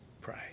pray